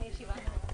הישיבה נעולה.